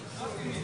האקדמית.